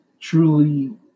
truly